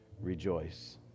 rejoice